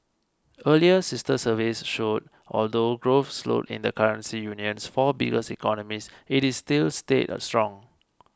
earlier sister surveys showed although growth slowed in the currency union's four biggest economies it is still stayed strong